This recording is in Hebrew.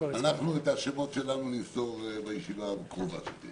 את השמות שלנו אנחנו נמסור בישיבה הקרובה שתהיה.